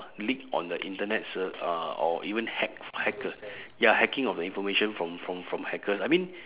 leak on the internet ser~ uh or even hack hacker ya hacking of the information from from from hackers I mean